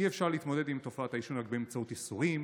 אי-אפשר להתמודד עם תופעת העישון רק באמצעות איסורים,